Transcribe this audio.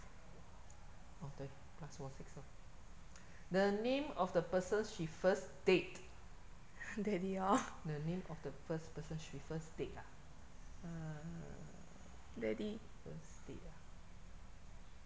oh 对 plus 我 six lor the name of the person she first date the name of the first person she date ah err first date ah